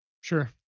Sure